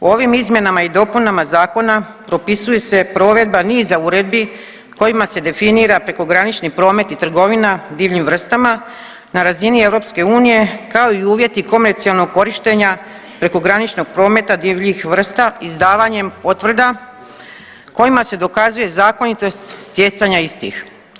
Ovim izmjenama i dopunama zakona propisuje se provedba niza uredbi kojima se definira prekogranični promet i trgovina divljim vrstama na razini EU kao i uvjeti komercijalnog korištenja prekograničnog prometa divljih vrsta, izdavanjem potvrda kojima se dokazuje zakonitost stjecanja istih.